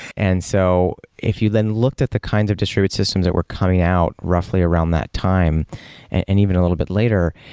and so if you then looked at the kinds of distributed systems that were coming out roughly around that time and even a little bit later,